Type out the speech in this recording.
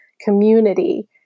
community